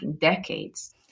decades